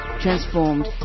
Transformed